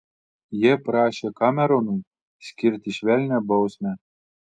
jie prašė kameronui skirti švelnią bausmę